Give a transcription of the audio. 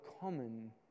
common